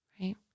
right